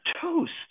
toast